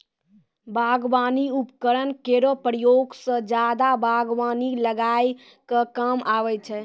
बागबानी उपकरन केरो प्रयोग सें जादा बागबानी लगाय क काम आबै छै